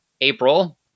April